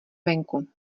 venku